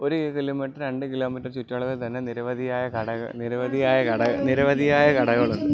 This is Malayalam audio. ഒരു കിലോമീറ്റർ രണ്ട് കിലോമീറ്റർ ചുറ്റളവിൽ തന്നെ നിരവധിയായ കടകൾ നിരവധിയായ കടകൾ നിരവധിയായ കടകളുണ്ട്